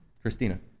Christina